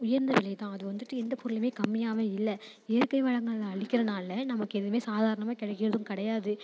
உயர்ந்த விலை தான் அது வந்துட்டு எந்த பொருளுமே கம்மியாகவே இல்லை இயற்கை வளங்கள் அழிக்கிறனால நமக்கு எதுவுமே சாதாரணமாக கிடைக்கிறதும் கிடையாது